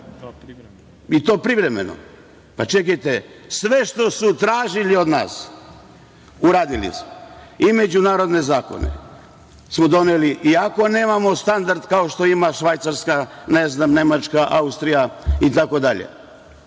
i to privremeno. Pa čekajte, sve što su tražili od nas uradili smo i međunarodne zakone smo doneli, iako nemamo standard kao što ima Švajcarska, Nemačka, Austrija itd. Obaveze